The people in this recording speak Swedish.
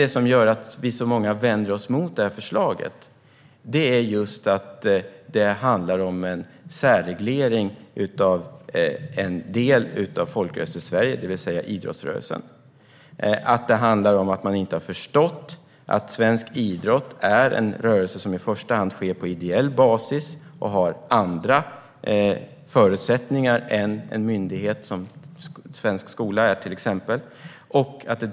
Det som gör att vi är så många som vänder oss emot förslaget är att det handlar om en särreglering av en del av Folkrörelsesverige, det vill säga idrottsrörelsen. Det handlar om att man inte har förstått att svensk idrott är en rörelse som i första hand sker på ideell basis och som har andra förutsättningar än till exempel en myndighet som svensk skola.